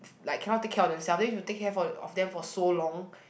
like cannot take care of themself then if you take care for of them for so long